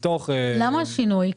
למה השינוי?